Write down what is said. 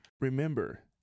Remember